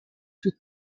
più